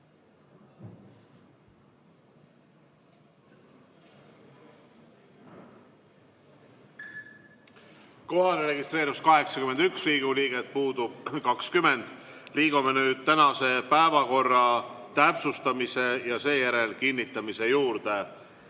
registreerus 81 Riigikogu liiget, puudub 20.Liigume nüüd tänase päevakorra täpsustamise ja seejärel kinnitamise juurde.